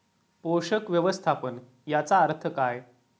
पोषक व्यवस्थापन याचा अर्थ काय?